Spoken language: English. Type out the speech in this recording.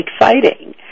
exciting